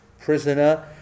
prisoner